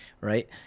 right